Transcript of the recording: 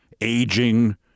aging